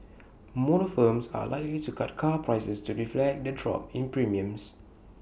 motor firms are likely to cut car prices to reflect the drop in premiums